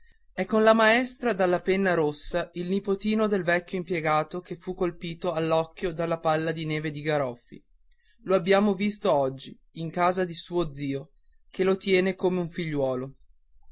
è con la maestra dalla penna rossa il nipotino del vecchio impiegato che fu colpito all'occhio dalla palla di neve di garoffi lo abbiamo visto oggi in casa di suo zio che lo tiene come un figliuolo